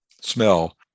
smell